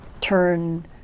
turn